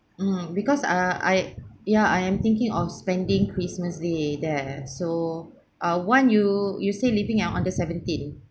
mm because ah I ya I am thinking of spending christmas day there so uh one you you say leaving ah on the seventeenth